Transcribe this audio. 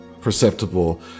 perceptible